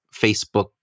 Facebook